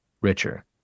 richer